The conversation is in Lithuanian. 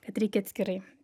kad reikia atskirai